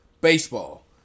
baseball